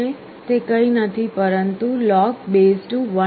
તે કંઈ નથી પરંતુ log2 128 છે